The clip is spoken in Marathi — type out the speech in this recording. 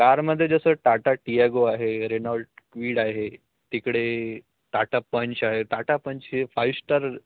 कारमध्ये जसं टाटा टीयागो आहे रेनॉल्ट क्वीड आहे तिकडे टाटा पंच आहे टाटा पंच हे फायू स्टार